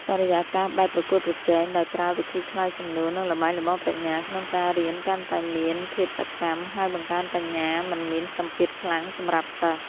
បរិយាកាសបែបប្រកួតប្រជែង ដោយប្រើវិធីឆ្លើយសំណួរ និងល្បែងល្បងប្រាជ្ញាក្នុងការរៀនកាន់តែមានភាពសកម្ម ហើយបង្កើនបញ្ញា មិនមានសម្ពាធខ្លាំងសម្រាប់សិស្ស។